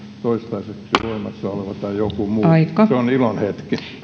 toistaiseksi voimassa oleva tai joku muu se on ilon hetki